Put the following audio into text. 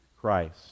Christ